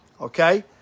Okay